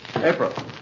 April